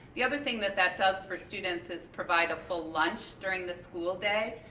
the other thing that that does for students, is provide a full lunch during the school day,